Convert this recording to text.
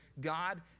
God